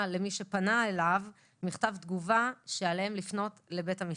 למי שפנה אליו מכתב תגובה שעליהם לפנות לבית המשפט,